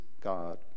God